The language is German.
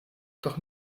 doch